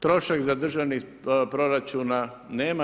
Trošak za državni proračun nema.